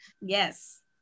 Yes